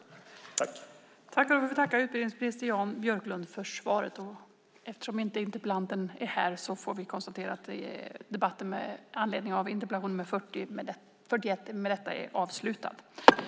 Tredje vice talmannen konstaterade att interpellanten inte var närvarande i kammaren och förklarade överläggningen avslutad.